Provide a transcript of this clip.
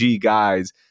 guys